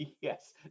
Yes